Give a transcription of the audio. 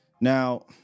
Now